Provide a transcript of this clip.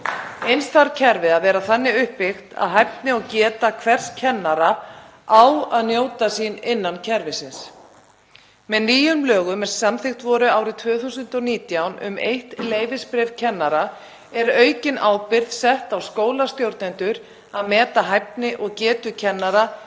Eins þarf kerfið að vera þannig uppbyggt að hæfni og geta hvers kennara njóti sín innan kerfisins. Með nýjum lögum sem samþykkt voru árið 2019, um eitt leyfisbréf kennara, er aukin ábyrgð sett á skólastjórnendur að meta hæfni og getu kennara